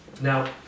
Now